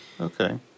Okay